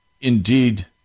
Indeed